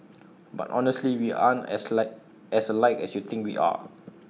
but honestly we aren't as alike as alike as you think we are